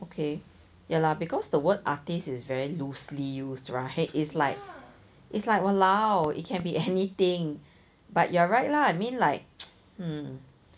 okay ya lah because the word artist is very loosely used right it's like it's like !walao! it can be anything but you're right lah like I mean like hmm